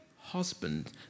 husband